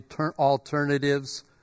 alternatives